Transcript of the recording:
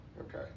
Okay